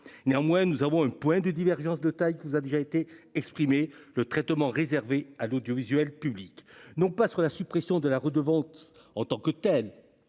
néanmoins, nous avons un point de divergence de taille qui a déjà été exprimée le traitement réservé à l'audiovisuel public, non pas sur la suppression de la redevance en tant que telle